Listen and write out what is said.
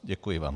Děkuji vám.